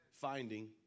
Finding